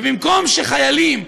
במקום שחיילים,